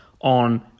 on